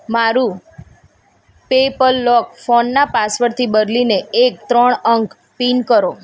મારુ PayPal lock ફોનના પાસવર્ડથી બદલીને એક ત્રણ અંક પિન કરો